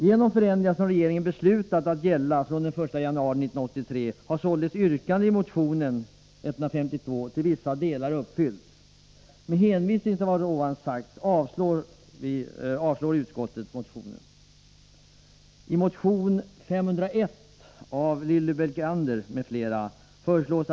Genom förändringar som regeringen beslutat att gälla från den 1 januari 1983 har således yrkandet i motion 1982/83:152 till vissa delar uppfyllts.